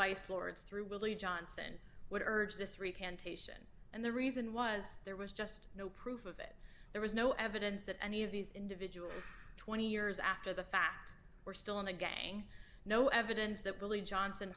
vice lords through willy johnson would urge this recantation and the reason was there was just no proof of it there was no evidence that any of these individuals twenty years after the fact were still in the gang no evidence that billy johnson